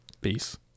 Peace